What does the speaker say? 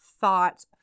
thought